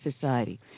society